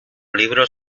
libros